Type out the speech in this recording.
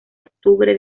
octubre